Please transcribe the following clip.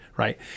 Right